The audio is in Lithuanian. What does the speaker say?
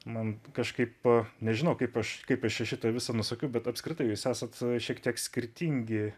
man kažkaip nežinau kaip aš kaip aš čia šitą visą nusakiau bet apskritai jūs esat šiek tiek skirtingi